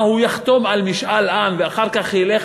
מה, הוא יחתום על הסכם שלום ואחר כך ילך